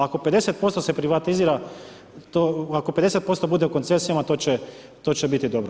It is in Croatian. Ako 50% se privatizira, ako 50% bude u koncesijama, to će biti dobro.